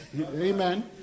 Amen